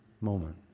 moment